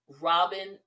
robin